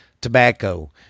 tobacco